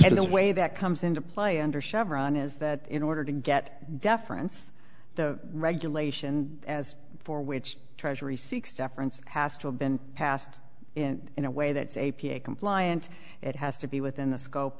in a way that comes into play under chevron is that in order to get deference the regulation as for which treasury seeks deference has to have been passed in in a way that's a p a compliant it has to be within the scope